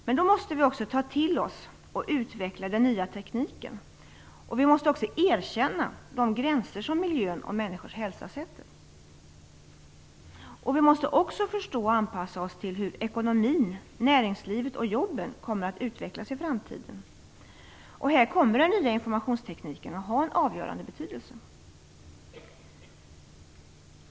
Men då måste vi också ta till oss och utveckla den nya tekniken. Vi måste också erkänna de gränser som miljö och människors hälsa sätter. Vi måste också förstå och anpassa oss till hur ekonomin, näringslivet och jobben kommer att utvecklas i framtiden. Här kommer den nya informationstekniken att ha en avgörande betydelse.